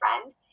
friend